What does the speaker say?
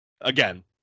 Again